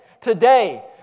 today